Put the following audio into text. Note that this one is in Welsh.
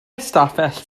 ystafell